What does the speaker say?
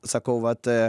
sakau vat